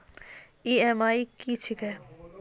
EMI की छिये?